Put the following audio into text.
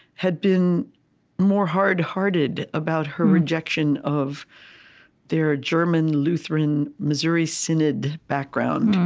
had been more hard-hearted about her rejection of their german lutheran missouri synod background.